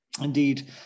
Indeed